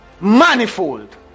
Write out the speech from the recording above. Manifold